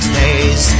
days